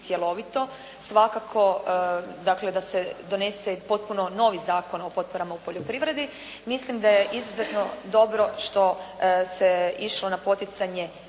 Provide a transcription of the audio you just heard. dakle da se donese potpuno novi Zakon o potporama u poljoprivredi. Mislim da je izuzetno dobro što se išlo na poticanje